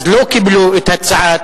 אז לא קיבלו את הצעת